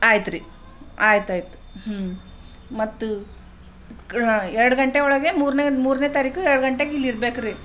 ಆಯ್ತು ರಿ ಆಯ್ತಾಯ್ತು ಹ್ಞೂ ಮತ್ತು ಹಾಂ ಎರಡು ಗಂಟೆ ಒಳಗೆ ಮೂರನೇ ಮೂರನೇ ತಾರೀಖು ಎರಡು ಗಂಟೆಗೆ ಇಲ್ಲಿ ಇರಬೇಕ್ರೀ